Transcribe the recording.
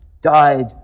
died